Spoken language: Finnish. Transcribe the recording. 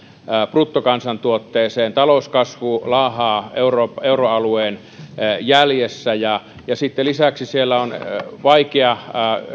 bruttokansantuotteeseen talouskasvu laahaa euroalueen jäljessä ja ja lisäksi siellä on vaikea